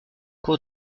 cour